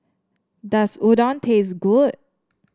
does Udon taste good